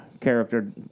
character